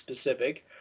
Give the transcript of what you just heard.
specific